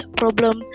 problem